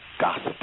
gossip